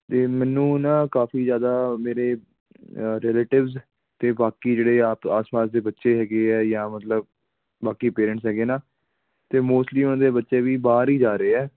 ਅਤੇ ਮੈਨੂੰ ਨਾ ਕਾਫੀ ਜ਼ਿਆਦਾ ਮੇਰੇ ਅ ਰਿਲੇਟਿਵਸ 'ਤੇ ਬਾਕੀ ਜਿਹੜੇ ਆ ਆਸ ਪਾਸ ਦੇ ਬੱਚੇ ਹੈਗੇ ਆ ਜਾਂ ਮਤਲਬ ਬਾਕੀ ਪੇਰੈਂਟਸ ਹੈਗੇ ਨਾ ਅਤੇ ਮੋਸਟਲੀ ਉਹਨਾਂ ਦੇ ਬੱਚੇ ਵੀ ਬਾਹਰ ਹੀ ਜਾ ਰਹੇ ਆ